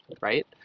right